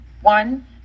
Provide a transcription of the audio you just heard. one